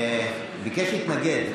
ביקש להתנגד,